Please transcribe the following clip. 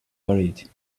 buried